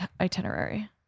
itinerary